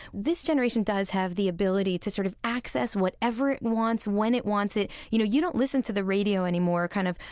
this generation does have the ability to sort of access whatever it wants, when it wants it. you know, you don't listen to the radio anymore, kind of,